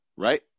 right